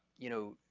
you know,